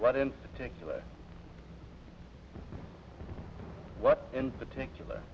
what in particular what in particular